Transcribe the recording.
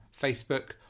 Facebook